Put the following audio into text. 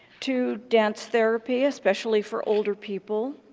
to dance therapy especially for older people,